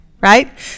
right